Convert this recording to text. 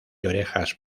orejas